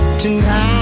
tonight